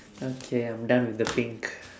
okay I'm done with the pink